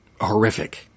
horrific